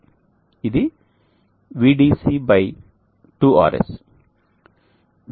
ఇది Vdc 2RS